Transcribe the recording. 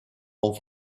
ont